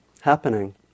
happening